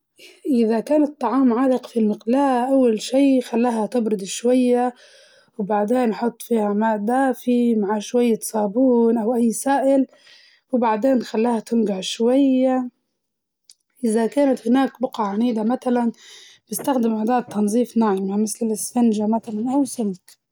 إذا كان الطعام عالق في المقلاة أول شي خليها تبرد شوية وبعدين حط فيها ماء دافي مع شوية صابون، أو أي سائل وبعدين خليها تنقع شوية، إزا كانت هناك بقع عنيدة متلاً استخدم أداة تظيف ناعمة مسل الإسفنجة متلاً أو سلك.